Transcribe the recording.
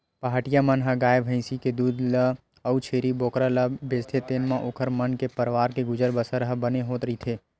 पहाटिया मन ह गाय भइसी के दूद ल अउ छेरी बोकरा ल बेचथे तेने म ओखर मन के परवार के गुजर बसर ह बने होवत रहिथे